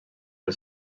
del